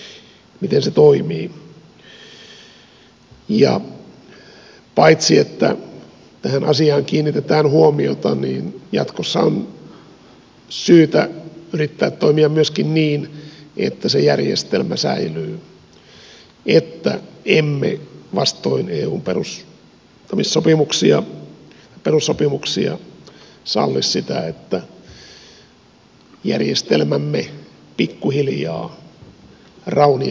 paitsi että tähän asiaan kiinnitetään huomiota niin jatkossa on syytä yrittää toimia myöskin niin että se järjestelmä säilyy että emme vastoin eun perussopimuksia salli sitä että järjestelmämme pikkuhiljaa raunioitetaan